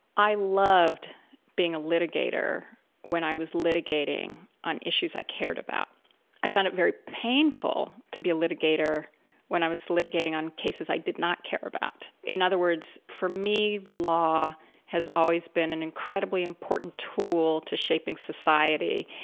i loved being a litigator when i was litigating on issues i cared about i found it very painful to be a litigator when i was litigating on cases i did not care about. in other words, for me, the law has always been an incredibly important tool to shaping society.